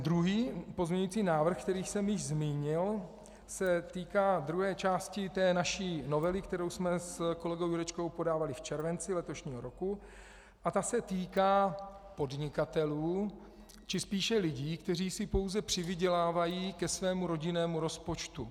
Druhý pozměňovací návrh, který jsem již zmínil, se týká druhé části té naší novely, kterou jsme s kolegou Jurečkou podávali v červenci letošního roku, a ta se týká podnikatelů či spíše lidí, kteří si pouze přivydělávají ke svému rodinnému rozpočtu.